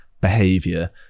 behavior